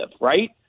right